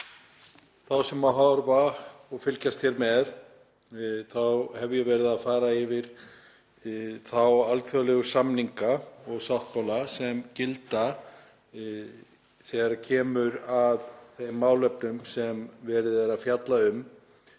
þá sem horfa og fylgjast hér með þá hef ég verið að fara yfir þá alþjóðlegu samninga og sáttmála sem gilda þegar kemur að þeim málefnum sem verið er að fjalla um